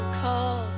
call